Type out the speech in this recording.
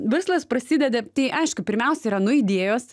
verslas prasideda tai aišku pirmiausia yra nuo idėjos